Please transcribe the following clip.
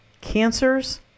cancers